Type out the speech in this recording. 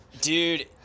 Dude